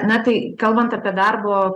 na tai kalbant apie darbo